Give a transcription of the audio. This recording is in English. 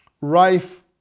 rife